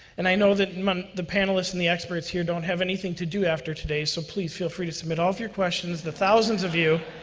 and i know that the panelists and the experts here don't have anything to do after today, so please feel free to submit all of your questions, the thousands of you,